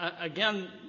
again